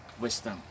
wisdom